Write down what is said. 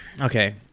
okay